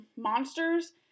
monsters